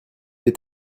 est